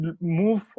move